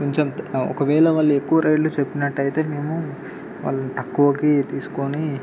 కొంచెం ఒకవేళ వాళ్ళు ఎక్కువ రైళ్ళు చెప్పినట్టు అయితే మేము వాళ్ళు తక్కువకి తీసుకొని